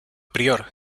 prior